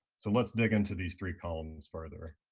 so let's dig into these three columns further.